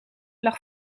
lag